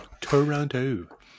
Toronto